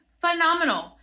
phenomenal